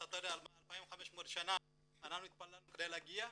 2,500 שנה התפללנו להגיע,